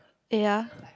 eh ya